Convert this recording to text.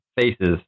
Faces